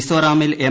മിസോറമിൽ M